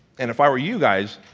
and if i were you guys,